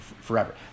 forever